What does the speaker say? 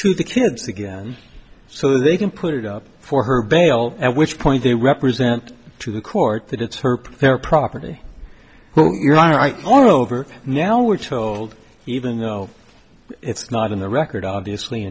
to the kids again so they can put it up for her bail at which point they represent to the court that it's her their property so your are are over now we're told even though it's not in the record obviously